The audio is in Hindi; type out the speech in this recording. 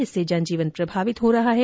इससे जन जीवन प्रभावित हो रहा है